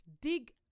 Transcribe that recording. dig